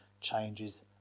changes